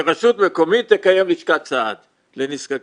שרשות מקומית תקיים לשכת סעד לנזקקים.